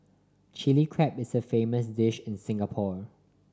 Chilli Crab is a famous dish in Singapore